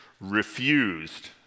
refused